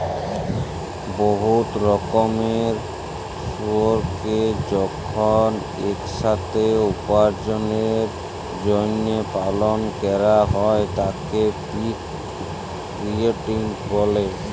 বহুত রকমের শুয়রকে যখল ইকসাথে উপার্জলের জ্যলহে পালল ক্যরা হ্যয় তাকে পিগ রেয়ারিং ব্যলে